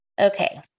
Okay